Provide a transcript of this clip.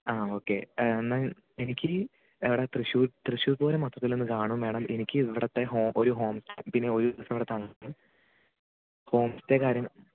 ആ ഒക്കെ എന്നാൽ എനിക്ക് എവിടെ തൃശ്ശൂർ തൃശ്ശൂർപ്പൂരം മൊത്തത്തിലൊന്നു കാണുകയും വേണം എനിക്ക് ഇവിടത്തെ ഹോം ഒരു ഹോം പിന്നെ ഒരു ദിവസം ഇവിടെ തങ്ങുവോം വേണം ഹോം സ്റ്റേ കാര്യം